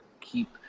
keep